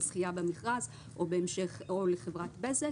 הזכייה במכרז או חברת בזק